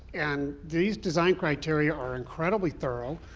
and these design criteria are incredibly thorough,